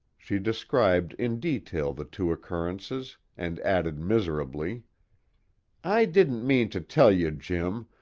she described in detail the two occurrences, and added miserably i didn't mean to tell you, jim,